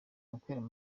ukubera